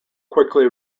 quickly